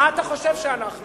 אתה חושב שאנחנו